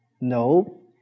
No